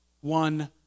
one